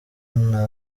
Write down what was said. nta